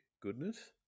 goodness